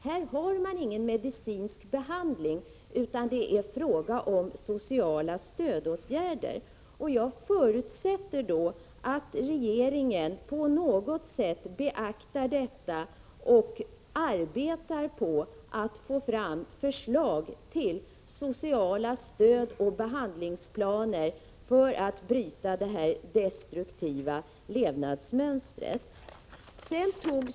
Men mot aids finns det ingen medicinsk behandling, utan det är fråga om sociala stödåtgärder. Jag förutsätter att regeringen på något sätt beaktar detta och arbetar på att få fram förslag till sociala stödoch behandlingsplaner för att bryta narkomaners och prostituerades destruktiva levnadsmönster.